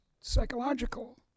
psychological